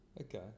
Okay